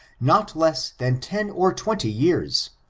not less than ten or twenty years.